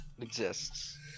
exists